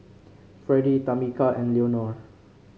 Freddie Tamika and Leonore